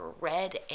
red